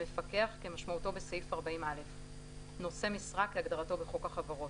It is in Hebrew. "מפקח" כמשמעותו בסעיף 40(א); "נושא משרה" כהגדרתו בחוק החברות,